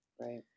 right